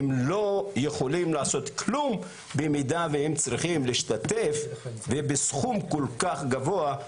הן לא יכולות לעשות כלום במידה והן צריכות להשתתף בסכום כל כך גבוה.